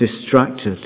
distracted